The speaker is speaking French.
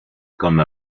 comme